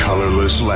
Colorless